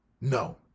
No